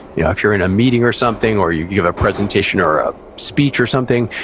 you know if you're in a meeting or something, or you you have a presentation or a speech or something,